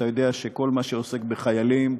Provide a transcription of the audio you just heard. אתה יודע שכל מה שעוסק בחיילים,